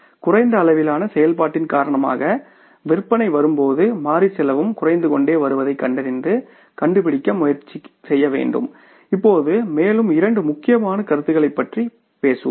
குறைந்த அளவிலான செயல்பாட்டின் காரணமாக விற்பனை வரும்போது மாறி செலவும் குறைந்து கொண்டே வருவதைக் கண்டறிந்து கண்டுபிடிக்க முயற்சிக்க வேண்டும் இப்போது மேலும் இரண்டு முக்கியமான கருத்துகளைப் பற்றி பேசுவோம்